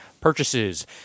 purchases